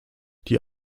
die